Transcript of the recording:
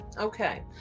Okay